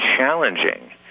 challenging